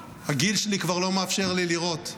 הגיל שלי כבר לא מאפשר לי לראות.